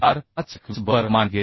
45fck 20 बरोबर मानली गेली